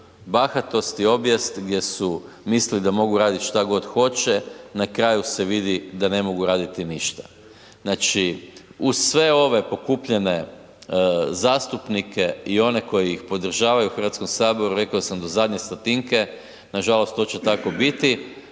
bahatost i obijest gdje su mislili da mogu raditi šta god hoće, na kraju se vidi da ne mogu raditi ništa. Znači, uz sve ove pokupljene zastupnike i one koji ih podržavaju u Hrvatskom saboru, rekao sam do zadnje stotinke, nažalost to će tako biti,